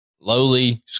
lowly